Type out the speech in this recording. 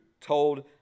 told